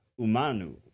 umanu